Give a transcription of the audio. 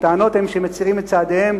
הטענות הן שמצרים את צעדיהם